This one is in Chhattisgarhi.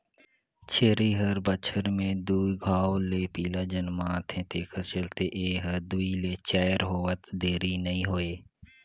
छेरी हर बच्छर में दू घांव ले पिला जनमाथे तेखर चलते ए हर दूइ ले चायर होवत देरी नइ होय